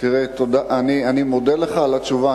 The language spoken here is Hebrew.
אני מודה לך על התשובה.